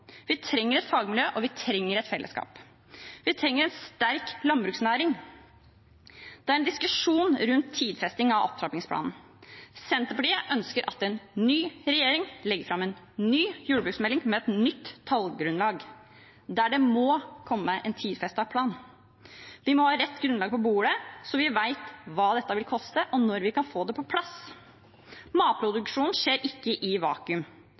Vi trenger et fagmiljø, og vi trenger et fellesskap. Vi trenger en sterk landbruksnæring. Det er diskusjon rundt tidfesting av opptrappingsplanen. Senterpartiet ønsker at en ny regjering legger fram en ny jordbruksmelding med et nytt tallgrunnlag, der det må komme en tidfestet plan. Vi må ha rett grunnlag på bordet, så vi vet hva dette vil koste, og når vi kan få det på plass. Matproduksjonen skjer ikke i et vakuum.